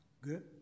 Good